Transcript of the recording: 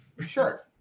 Sure